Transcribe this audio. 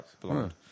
blonde